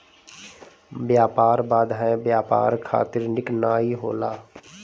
व्यापार बाधाएँ व्यापार खातिर निक नाइ होला